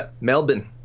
Melbourne